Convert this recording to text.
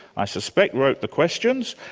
i suspect wrote the questions,